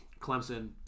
Clemson